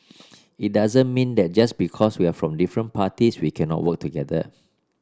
it doesn't mean that just because we're from different parties we cannot work together